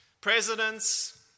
presidents